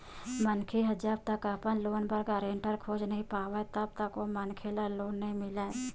मनखे ह जब तक अपन लोन बर गारेंटर खोज नइ पावय तब तक ओ मनखे ल लोन नइ मिलय